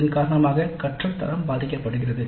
இதன் காரணமாக கற்றல் தரம் பாதிக்கப்படுகிறது